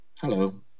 hello